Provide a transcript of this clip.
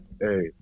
Hey